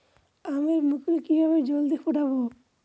আমের মুকুল কিভাবে জলদি ফুটাব?